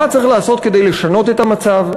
מה צריך לעשות כדי לשנות את המצב?